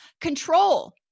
Control